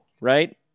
right